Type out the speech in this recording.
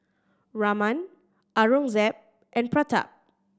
Raman Aurangzeb and Pratap